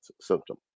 symptom